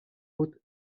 haute